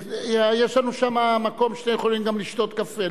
יש לנו שם מקום שאתם יכולים לשתות קפה.